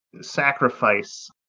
sacrifice